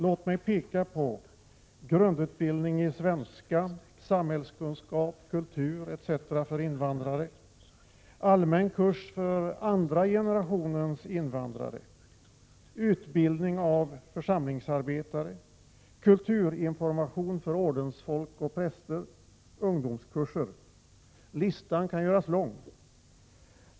Låt mig peka på grundutbildning i svenska, samhällskunskap, kultur etc. för invandrare, allmän kurs för andra generationens invandrare, utbildning av församlingsarbetare, kulturinformation för ordensfolk och präster samt ungdomskurser. Listan kan göras lång.